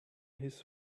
his